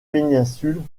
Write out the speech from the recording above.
péninsule